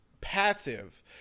passive